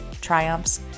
triumphs